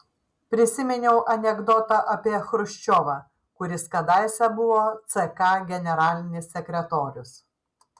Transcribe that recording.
prisiminiau anekdotą apie chruščiovą kuris kadaise buvo ck generalinis sekretorius